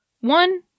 One